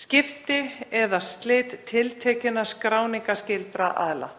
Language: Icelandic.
(skipti eða slit tiltekinna skráningarskyldra aðila).